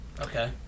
Okay